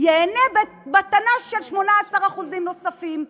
ייהנה ממתנה של 18% נוספים.